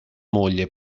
moglie